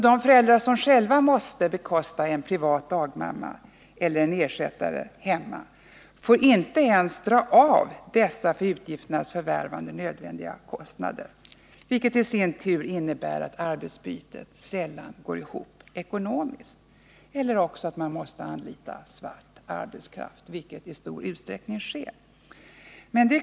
De föräldrar som själva måste bekosta en privat dagmamma eller en ersättare hemma får inte ens dra av dessa för inkomsternas förvärvande nödvändiga utgifter, vilket i sin tur innebär att arbetsbytet sällan går ihop ekonomiskt eller att man måste anlita svart arbetskraft, vilket sker i stor utsträckning.